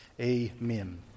Amen